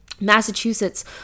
massachusetts